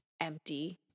empty